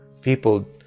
people